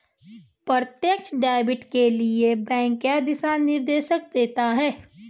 प्रत्यक्ष डेबिट के लिए बैंक क्या दिशा निर्देश देते हैं?